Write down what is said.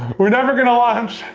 we're never gonna launch.